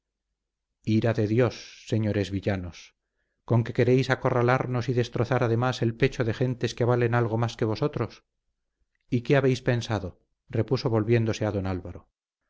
ira de dios señores villanos conque queréis acorralarnos y destrozar además el pecho de gentes que valen algo más que vosotros y qué habéis pensado repuso volviéndose a don álvaro